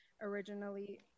originally